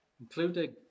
including